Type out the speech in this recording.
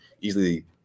easily